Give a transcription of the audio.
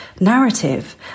narrative